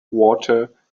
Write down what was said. water